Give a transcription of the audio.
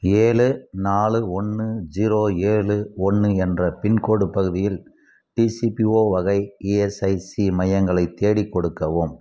ஏழு நாலு ஒன்று ஜீரோ ஏழு ஒன்று என்ற பின்கோடு பகுதியில் டிசிபிஓ வகை இஎஸ்ஐசி மையங்களைத் தேடிக் கொடுக்கவும்